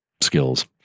skills